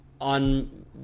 on